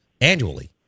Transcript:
annually